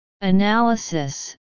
Analysis